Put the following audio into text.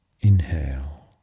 Inhale